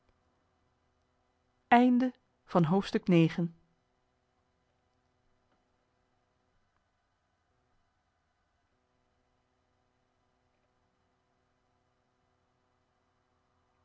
augustusavond van het